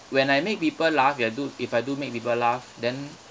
when I make people laugh if I do if I do make people laugh then